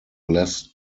less